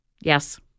Yes